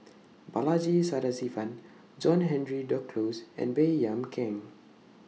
Balaji Sadasivan John Henry Duclos and Baey Yam Keng